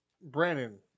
Brandon